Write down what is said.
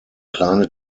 kleine